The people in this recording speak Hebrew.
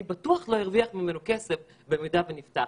בטוח לא ארוויח ממנו כסף במידה ונפתח.